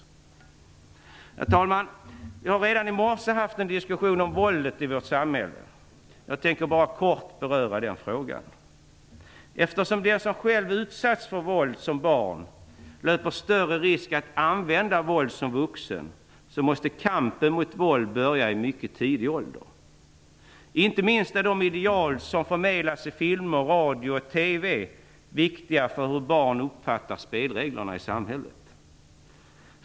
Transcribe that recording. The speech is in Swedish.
Herr talman! Vi hade i morse en diskussion om våldet i vårt samhälle. Jag tänker bara kort beröra den frågan. Eftersom den som själv utsatts för våld som barn löper större risk att använda våld som vuxen måste kampen mot våld börja i mycket tidig ålder. Inte minst är de ideal som förmedlas i filmer, radio och TV viktiga för hur barn uppfattar spelreglerna i samhället.